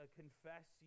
confess